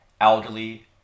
elderly